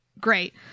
great